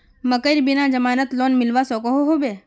मकईर बिना जमानत लोन मिलवा सकोहो होबे?